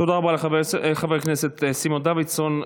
תודה רבה לחבר הכנסת סימון דוידסון.